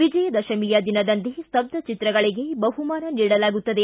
ವಿಜಯದಶಮಿಯ ದಿನದಂದೇ ಸ್ತಬ್ಬಚಿತ್ರಗಳಿಗೆ ಬಹುಮಾನ ನೀಡಲಾಗುತ್ತದೆ